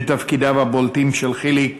מתפקידיו הבולטים של חיליק